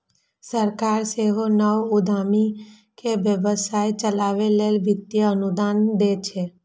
सरकार सेहो नव उद्यमी कें व्यवसाय चलाबै लेल वित्तीय अनुदान दै छै